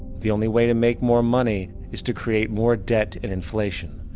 the only way to make more money is to create more debt and inflation.